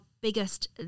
biggest